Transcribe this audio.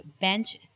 bench